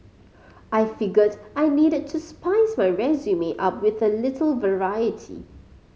I figured I needed to spice my resume up with a little variety